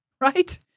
right